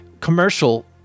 commercial